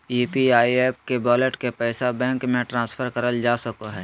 UPI app के wallet के पैसा बैंक मे ट्रांसफर करल जा सको हय